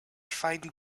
find